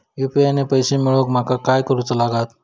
UPI ने पैशे मिळवूक माका काय करूचा लागात?